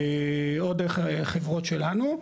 או דרך חברות שלנו,